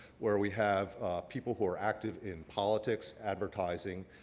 where we have people who are active in politics, advertising,